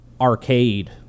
arcade